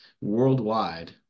worldwide